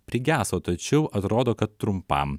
prigeso tačiau atrodo kad trumpam